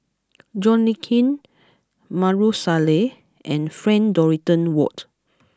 John Le Cain Maarof Salleh and Frank Dorrington Ward